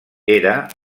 era